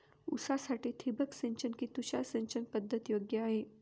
ऊसासाठी ठिबक सिंचन कि तुषार सिंचन पद्धत योग्य आहे?